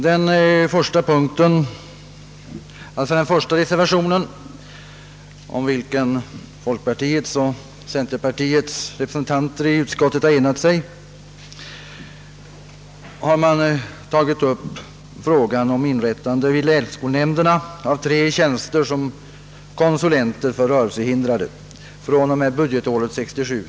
Den första reservationen, om vilken folkpartiets och centerpartiets representanter i utskottet enat sig, behandlar frågan om inrättandet av tre tjänster som regionskonsulenter för rörelsehindrade fr.o.m. budgetåret 1967/68.